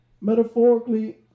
Metaphorically